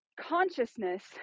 consciousness